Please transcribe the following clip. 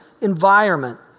environment